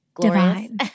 divine